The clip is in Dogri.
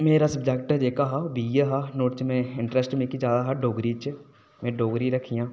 ते मेरा सबजैक्ट जेह्ड़ा हा ओह् बी एह् हा इंट्रस्ट मिगी हा ज्यादा डोगरी च में डोगरी रक्खी